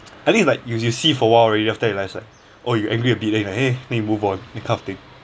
I think is like you you see for a while already after you realise like oh you angry a bit then like eh move on that kind of thing